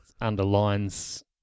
underlines